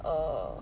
err